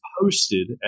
posted